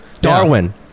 Darwin